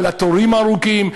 על התורים הארוכים?